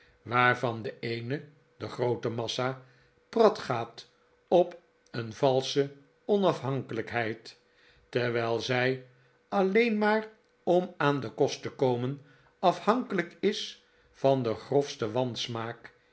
waarvan de eene de groote massa prat gaat op een valsche onaihankelijkheid terwijl zij alleen maar om aan den kost te komen afhankelijk is van den grofsten